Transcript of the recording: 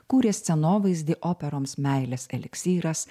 kūrė scenovaizdį operoms meilės eliksyras